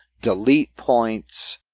delete points,